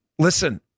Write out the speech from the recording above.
Listen